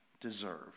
deserve